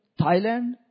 Thailand